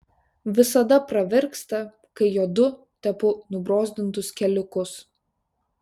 visada pravirksta kai jodu tepu nubrozdintus keliukus